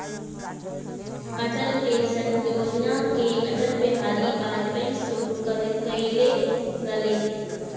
Atal pension योजना के अटल बिहारी वाजपयी शुरू कईले रलें